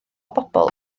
bobl